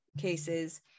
cases